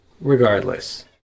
regardless